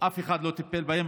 אף אחד לא טיפל בהם,